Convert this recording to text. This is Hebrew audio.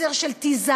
מסר של "תיזהרו".